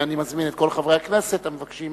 בשנה, ואני מזמין את כל חברי הכנסת המבקשים